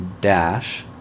dash